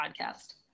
podcast